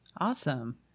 Awesome